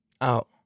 Out